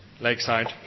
Lakeside